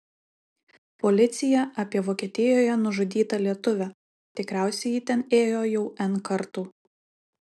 policija apie vokietijoje nužudytą lietuvę tikriausiai ji ten ėjo jau n kartų